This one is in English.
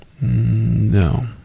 No